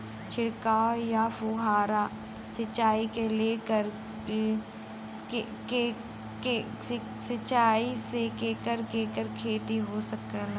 छिड़काव या फुहारा सिंचाई से केकर केकर खेती हो सकेला?